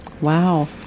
Wow